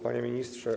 Panie Ministrze!